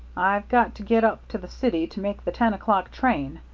i've got to get up to the city to make the ten o'clock train.